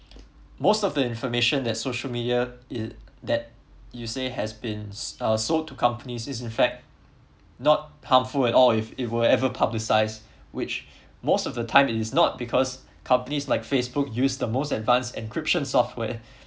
most of the information that social media is that you say has been uh sold to company this is in fact not harmful at all if it would ever publicised which most of the time it is not because companies like facebook use the most advance encryptions software